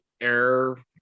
error